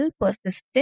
persistent